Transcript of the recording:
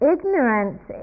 Ignorance